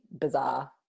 bizarre